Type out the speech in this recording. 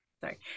sorry